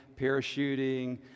parachuting